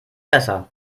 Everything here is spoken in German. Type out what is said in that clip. besser